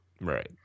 Right